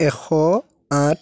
এশ আঠ